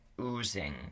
oozing